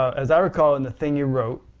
as i recall in the thing you wrote,